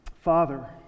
Father